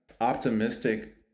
optimistic